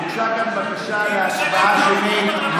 הוגשה כאן בקשה להצבעה שמית.